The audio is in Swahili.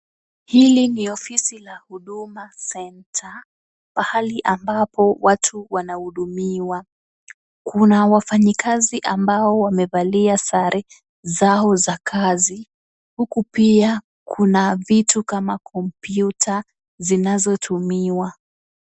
Hili ni ofisi la Huduma Centre, pahali ambapo watu wanahudumiwa. Kuna wafanyikazi ambao wamevalia sare zao za kazi, huku pia kuna vitu kama kompyuta zinazotumiwa.